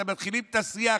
כשאתם מתחילים את השיח,